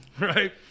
right